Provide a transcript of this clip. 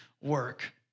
work